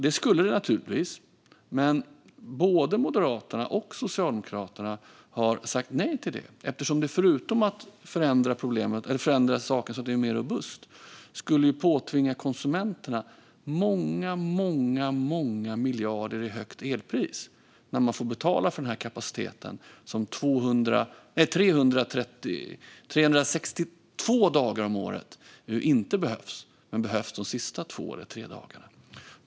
Det skulle den naturligtvis, men både Moderaterna och Socialdemokraterna har sagt nej till det. Förutom att förändra saker så att de bli robusta skulle det här nämligen påtvinga konsumenterna väldigt många miljarder i högre elpris när de får betala för den kapacitet som inte behövs under 362 av årets dagar men som behövs under de återstående två tre dagarna.